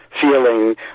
feeling